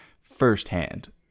firsthand